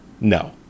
No